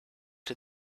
did